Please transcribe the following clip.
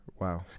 Wow